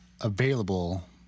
available